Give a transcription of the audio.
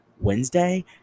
wednesday